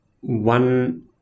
one